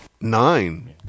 Nine